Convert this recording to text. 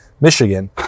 Michigan